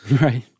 Right